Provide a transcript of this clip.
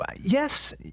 Yes